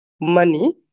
money